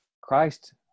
Christ